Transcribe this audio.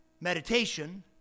meditation